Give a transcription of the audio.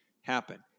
happen